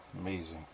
Amazing